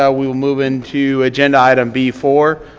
yeah we'll move into agenda item, b four,